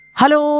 Hello